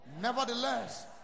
Nevertheless